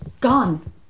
gone